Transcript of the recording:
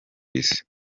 isi